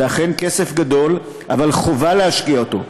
זה אכן כסף גדול, אבל חובה להשקיע אותו,